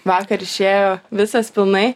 vakar išėjo visas pilnai